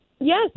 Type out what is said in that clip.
Yes